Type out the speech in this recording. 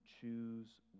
choose